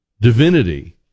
divinity